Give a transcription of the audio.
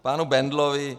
K panu Bendlovi.